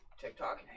TikTok